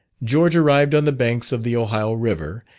george arrived on the banks of the ohio river,